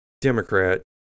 Democrat